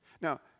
Now